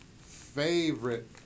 favorite